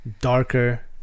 darker